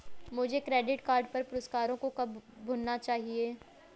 मुझे credit card पर पुरस्कारों को कब भुनाना चाहिए?